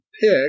pick